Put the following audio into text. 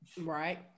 Right